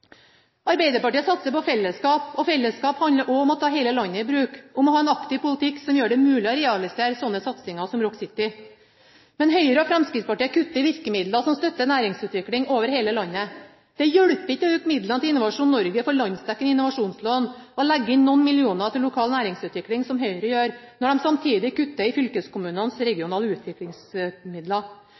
Arbeiderpartiet satser på fellesskap, og fellesskap handler også om å ta hele landet i bruk, om å ha en aktiv politikk som gjør det mulig å realisere slike satsinger som Rock City, mens Høyre og Fremskrittspartiet kutter i virkemidler som støtter næringsutvikling over hele landet. Det hjelper ikke å øke midlene til Innovasjon Norge for landsdekkende innovasjonslån og legge inn noen millioner til lokal næringsutvikling, slik Høyre gjør, når de samtidig kutter i fylkeskommunenes regionale utviklingsmidler.